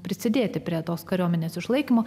prisidėti prie tos kariuomenės išlaikymo